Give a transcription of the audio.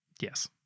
Yes